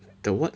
the what